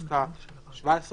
בכנסת ה-17 כמדומני,